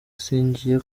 singiye